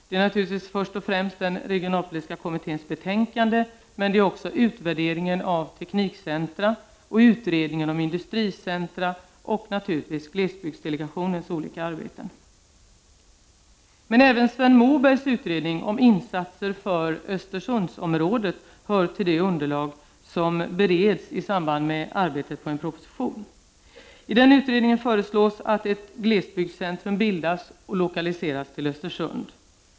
Det är naturligtvis först och främst den regionalpolitiska kommitténs betänkande, men det är också utvärderingen av teknikcentra och utredningen om industricentra samt glesbygdsdelegationens olika arbeten. Även Sven Mobergs utredning om insatser för Östersundsområdet hör till det underlag som bereds i samband med arbetet på en proposition. I den utredningen föreslås att ett glesbygdscentrum bildas och lokaliseras till Östersund.